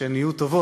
כשהן יהיו טובות.